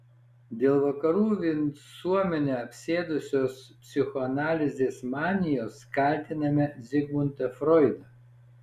dėl vakarų visuomenę apsėdusios psichoanalizės manijos kaltiname zigmundą froidą